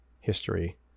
history